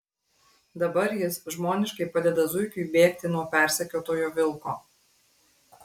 dabar jis žmoniškai padeda zuikiui bėgti nuo persekiotojo vilko